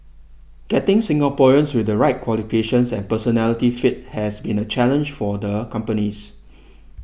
getting Singaporeans with the right qualifications and personality fit has been a challenge for the companies